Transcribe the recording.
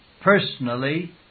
personally